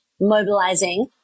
mobilizing